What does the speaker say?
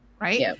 right